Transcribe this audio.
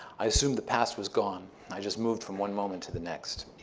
i assumed the past was gone. i just moved from one moment to the next.